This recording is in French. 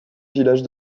village